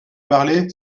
parler